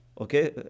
okay